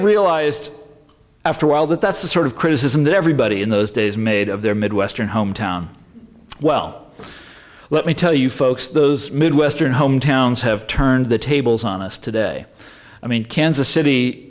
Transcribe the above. realized after a while that that's the sort of criticism that everybody in those days made of their midwestern hometown well let me tell you folks those midwestern home towns have turned the tables on us today i mean kansas city